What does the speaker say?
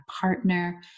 partner